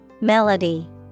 Melody